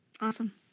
Awesome